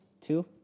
Two